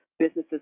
businesses